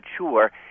mature